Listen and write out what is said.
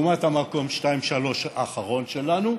לעומת המקום השני-שלישי, האחרון שלנו,